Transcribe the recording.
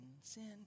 sin